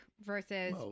versus